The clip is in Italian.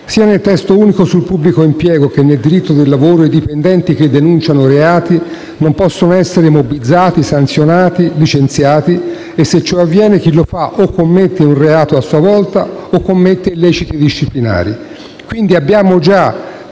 sia nel testo unico sul pubblico impiego sia nel diritto del lavoro si stabilisce che i dipendenti che denunciano reati non possono essere mobbizzati, sanzionati, licenziati, e, se ciò avviene, chi lo fa o commette un reato a sua volta o commette illeciti disciplinari.